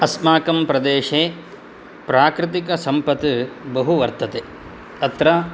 अस्माकं प्रदेशे प्राकृतिकसम्पत् बहु वर्तते तत्र